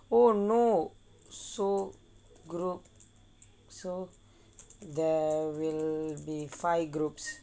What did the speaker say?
oh no so group so there will be five groups